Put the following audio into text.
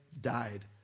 died